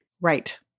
Right